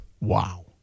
Wow